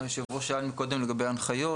יושב הראש שאלת מקודם לגבי ההנחיות,